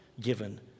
given